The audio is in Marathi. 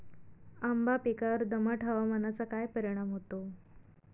आंबा पिकावर दमट हवामानाचा काय परिणाम होतो?